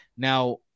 Now